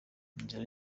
inzira